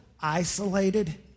isolated